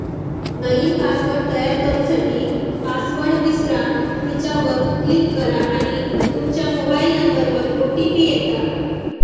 नईन पासवर्ड तयार करू साठी, पासवर्ड विसरा ह्येच्यावर क्लीक करा आणि तूमच्या मोबाइल नंबरवर ओ.टी.पी येता